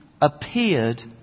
appeared